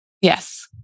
Yes